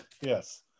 Yes